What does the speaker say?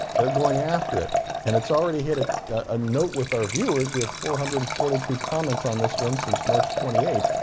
they're going after it and it's already hit a a note with our viewers. we have four hundred and forty two comments on this one since march twenty eighth,